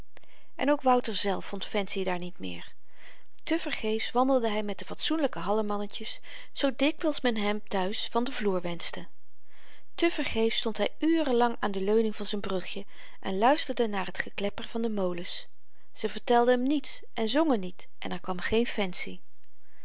en ook wouter zelf vond fancy daar niet meer te vergeefs wandelde hy met de fatsoenlyke hallemannetjes zoo dikwyls men hem thuis van den vloer wenschte te vergeefs stond hy uren lang aan de leuning van z'n brugje en luisterde naar t geklepper van de molens ze vertelden hem niets en zongen niet en er kwam geen fancy